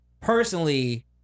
personally